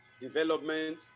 development